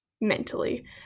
mentally